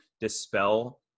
dispel